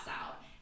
out